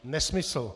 Nesmysl.